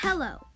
Hello